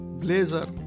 blazer